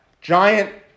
giant